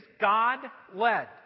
God-led